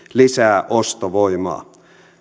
lisää ostovoimaa